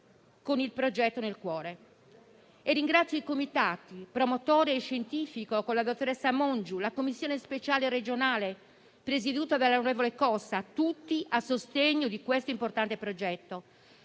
con il progetto nel cuore; ringrazio il comitato promotore e quello scientifico, coordinato dalla dottoressa Mongiu, nonché la commissione speciale regionale presieduta dall'onorevole Costa, tutti a sostegno di questo importante progetto.